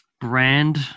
brand